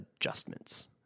adjustments